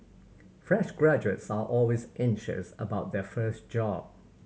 fresh graduates are always anxious about their first job